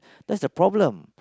that's the problem